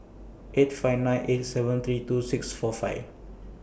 eight five nine eight seven three two six four five